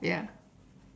ya